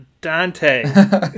Dante